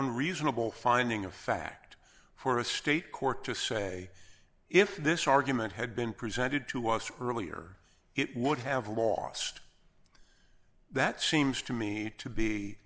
unreasonable finding of fact for a state court to say if this argument had been presented to us earlier it would have lost that seems to me to be